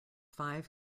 five